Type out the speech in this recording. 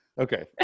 Okay